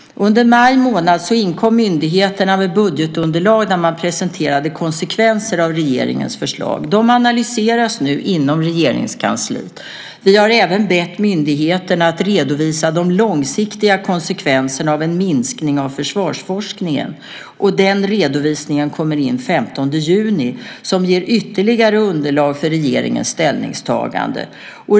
Under maj månad inkom myndigheterna med budgetunderlag där man presenterade konsekvenser av regeringens förslag. Dessa analyseras nu inom Regeringskansliet. Vi har även bett myndigheterna att redovisa de långsiktiga konsekvenserna av en minskning av försvarsforskningen. Den redovisningen kommer in den 15 juni och ger ytterligare underlag för regeringens ställningstagande.